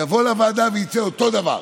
יבוא לוועדה ויצא אותו דבר.